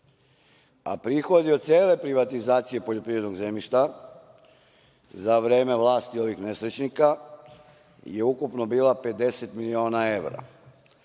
A prihodi od cele privatizacije poljoprivrednog zemljišta za vreme vlasti ovih nesrećnika su ukupno bili 50 miliona evra.